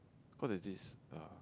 cause there is this err